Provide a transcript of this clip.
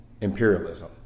imperialism